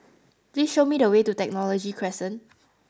please show me the way to Technology Crescent